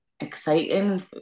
exciting